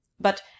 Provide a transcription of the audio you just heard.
But